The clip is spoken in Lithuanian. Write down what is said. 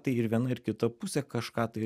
tai ir viena ir kita pusė kažką tai